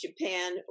Japan